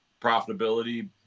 profitability